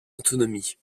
autonomie